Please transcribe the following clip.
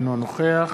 אינו נוכח